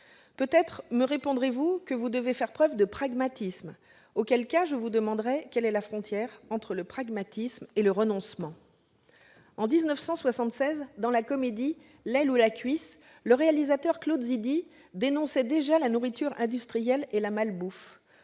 Peut-être me répondrez-vous qu'il convient de faire preuve de pragmatisme. Auquel cas je vous demanderai quelle est la frontière entre le pragmatisme et le renoncement ! En 1976, dans la comédie, le réalisateur Claude Zidi dénonçait déjà la nourriture industrielle et la malbouffe.